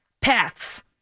paths